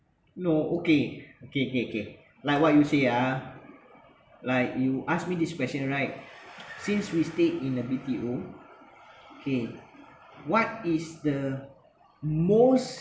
no okay okay okay okay like what you say ah like you asked me this question right since we stay in a B_T_O okay what is the most